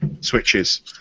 switches